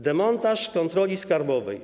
Demontaż kontroli skarbowej.